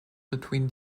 between